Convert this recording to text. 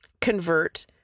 convert